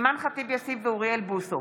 אימאן ח'טיב יאסין ואוריאל בוסו